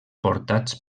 portats